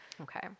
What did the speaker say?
Okay